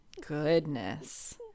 Goodness